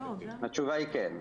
התשובה היא כן.